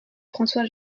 françois